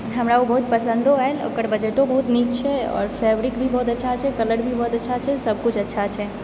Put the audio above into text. हमरा ओ बहुत पसन्दो आयल ओकर बजटो बहुत नीक छै और फेब्रिक भी बहुत अच्छा छै कलर भी बहुत अच्छा छै सब किछु अच्छा छै